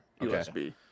USB